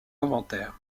inventaires